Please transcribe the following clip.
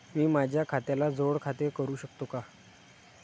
मी माझ्या खात्याला जोड खाते करू शकतो का?